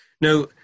Now